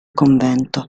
convento